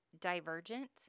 Divergent